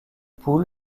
poule